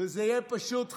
זה יהיה פשוט חבל,